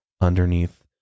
underneath